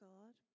God